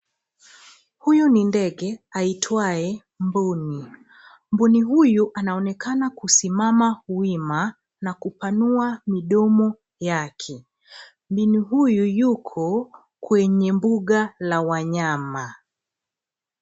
Huyu ni ndege aitwaye mbuni. Mbuni huyu anaonekana kusimama wima na kupanua midomo yake. Mbuni huyu yuko kwenye mbuga la wanyama.